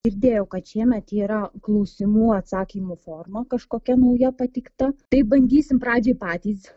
girdėjau kad šiemet yra klausimų atsakymų forma kažkokia nauja pateikta tai bandysim pradžioj patys